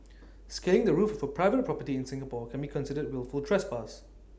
scaling the roof of A private property in Singapore can be considered wilful trespass